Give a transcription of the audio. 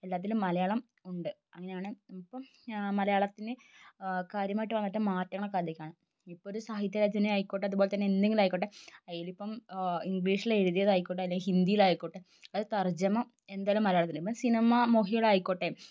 എല്ലാത്തിലും മലയാളം ഉണ്ട് അങ്ങനെയാണ് ഇപ്പം മലയാളത്തിന് കാര്യമായിട്ട് വന്നിട്ട് മാറ്റങ്ങളൊക്കെ അധികമാണ് ഇപ്പം ഒരു സാഹിത്യ രചന ആയിക്കോട്ടെ അതുപോലെ തന്നെ എന്തെങ്കിലുമായിക്കോട്ടെ അതിൽ ഇപ്പം ഇംഗ്ലീഷിൽ എഴുതിയതായിക്കോട്ടെ അല്ലെങ്കിൽ ഹിന്ദിയിൽ ആയിക്കോട്ടെ അതായത് തർജമ എന്തായാലും മലയാളത്തിൽ ഇപ്പം സിനിമ മോഹികളായിക്കോട്ടെ